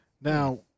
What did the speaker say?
Now